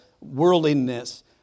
worldliness